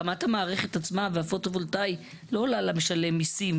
הקמת המערכת עצמה והפוטו-וולטאי לא עולה למשלם מיסים,